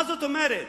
מה זאת אומרת?